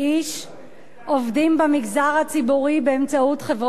עובדים במגזר הציבורי באמצעות חברות כוח-אדם.